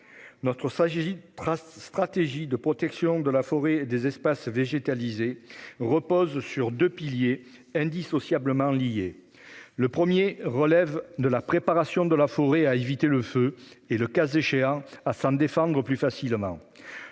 notre stratégie de protection de la forêt et des espaces végétalisés repose sur deux piliers indissociablement liés : la préparation de la forêt à éviter le feu et, le cas échéant, à s'en défendre plus facilement,